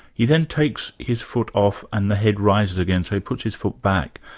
he then takes his foot off and the head rises again so he puts his foot back.